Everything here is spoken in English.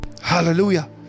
Hallelujah